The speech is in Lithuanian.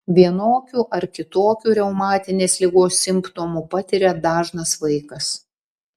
vienokių ar kitokių reumatinės ligos simptomų patiria dažnas vaikas